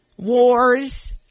Wars